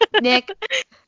Nick